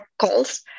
calls